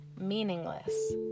meaningless